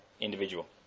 individual